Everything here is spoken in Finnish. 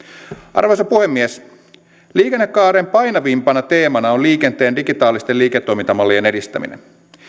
arvoisa puhemies liikennekaaren painavimpana teemana on liikenteen digitaalisten liiketoimintamallien edistäminen